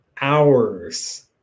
hours